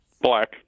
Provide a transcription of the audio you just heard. Black